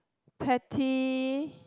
pete